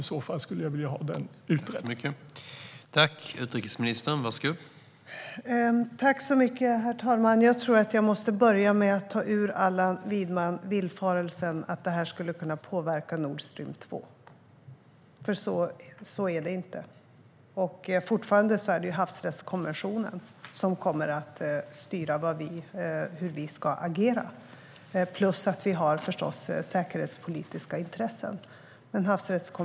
I så fall skulle jag vilja ha det utrett.